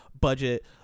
budget